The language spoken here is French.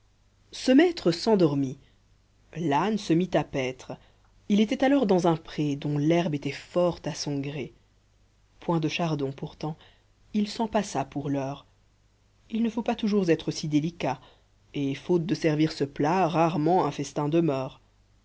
ce maître s'endormit l'âne se mit à paître il était alors dans un pré dont l'herbe était fort à son gré point de chardons pourtant il s'en passa pour l'heure il ne faut pas toujours être si délicat rarement un festin demeure